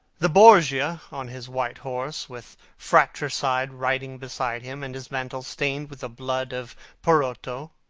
the borgia on his white horse, with fratricide riding beside him and his mantle stained with the blood of perotto